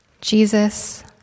Jesus